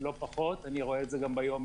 לא פחות, אני רואה את זה גם ביום-יום.